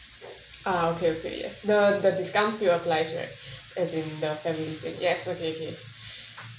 uh okay okay yes the the discounts still applies right as in the family package yes okay okay